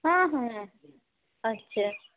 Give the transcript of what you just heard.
हँ हँ अच्छा